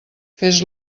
fes